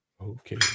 Okay